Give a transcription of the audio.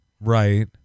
right